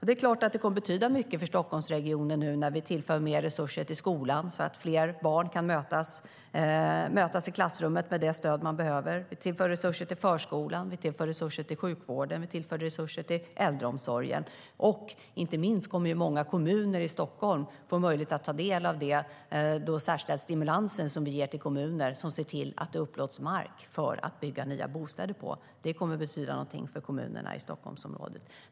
Det är klart att det kommer att betyda mycket för Stockholmsregionen att vi nu tillför mer resurser till skolan så att fler barn kan mötas i klassrummet med det stöd de behöver. Vi tillför även resurser till förskolan, sjukvården och äldreomsorgen. Inte minst kommer många kommuner i Stockholm att få möjlighet att ta del av den särskilda stimulans som vi ger till kommuner som ser till att det upplåts mark till nya bostäder. Det kommer att betyda någonting för kommunerna i Stockholmsområdet.